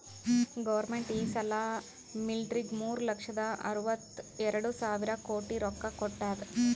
government ಈ ಸಲಾ ಮಿಲ್ಟ್ರಿಗ್ ಮೂರು ಲಕ್ಷದ ಅರ್ವತ ಎರಡು ಸಾವಿರ ಕೋಟಿ ರೊಕ್ಕಾ ಕೊಟ್ಟಾದ್